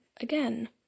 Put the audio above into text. Again